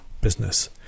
business